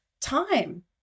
time